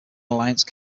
alliance